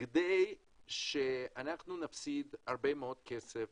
כדי שנפסיד הרבה כסף